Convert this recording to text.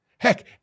Heck